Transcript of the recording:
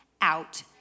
out